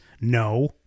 no